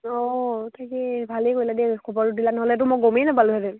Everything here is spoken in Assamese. অঁ তাকে ভালেই কৰিলা দেই খবৰটো দিলা নহ'লেতো মই গমেই নাপালো হেঁতেন